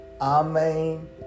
Amen